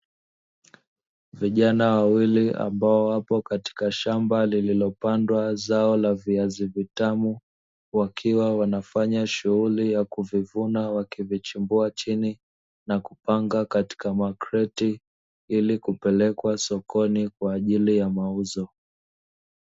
Vijana wawili ambao wapo katika shamba lililopandwa zao la viazi vitamu, wakiwa wanafanya shughuli ya kuvivuna wakivichimbua chini na kupanga katika makreti ili kupelekwa sokoni kwa ajili ya mauzo.